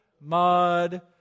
mud